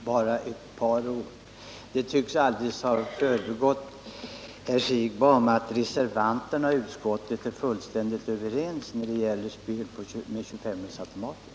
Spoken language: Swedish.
Herr talman! Bara ett par ord: Det tycks alldeles ha förbigått herr Siegbahn att reservanterna och utskottsmajoriteten är fullständigt överens när det gäller spel med 25-öresautomater.